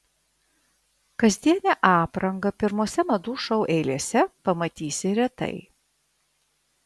kasdienę aprangą pirmose madų šou eilėse pamatysi retai